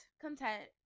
Content